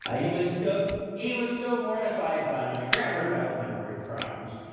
ah he was so he was so mortified by my grammar, by all of my word crimes.